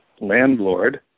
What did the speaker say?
landlord